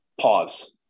Pause